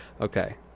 Okay